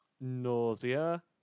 nausea